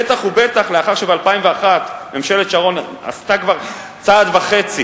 בטח ובטח לאחר שב-2001 ממשלת שרון עשתה כבר צעד וחצי